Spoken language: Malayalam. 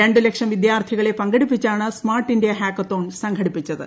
രണ്ടുലക്ഷം വിദ്യാർത്ഥികളെ പങ്കെടുപ്പിച്ചാണ് സ്മാർട്ട് ഇന്ത്യ ഹാക്കത്തോൺ സംഘടിപ്പിച്ചത്